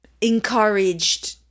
Encouraged